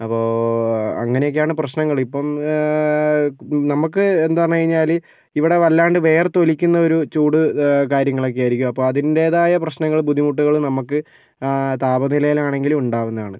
അപ്പോൾ അങ്ങനെ ഒക്കെയാണ് പ്രശ്നങ്ങൾ ഇപ്പം നമുക്ക് എന്ന് പറഞ്ഞു കഴിഞ്ഞാൽ ഇവിടെ വല്ലാണ്ട് വിയർത്തൊലിക്കുന്ന ഒരു ചൂട് കാര്യങ്ങളൊക്കെയായിരിക്കും അപ്പം അതിന്റേതായ പ്രശ്നങ്ങളും ബുദ്ധിമുട്ടുകളും നമുക്ക് താപനിലയിലാണെങ്കിലും ഉണ്ടാകുന്നതാണ്